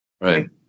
Right